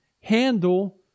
handle